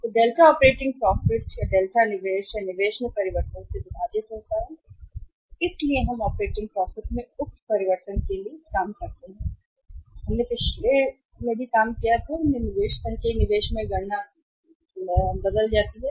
तो delta operating profit delta निवेश या निवेश में परिवर्तन से विभाजित होता है इसलिए हम ऑपरेटिंग प्रॉफिट में उक्त परिवर्तन के लिए काम किया है और हमने पिछले में काम किया है निवेश संचयी निवेश में गणना बदल जाती है